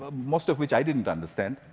most of which i didn't understand.